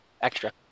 extra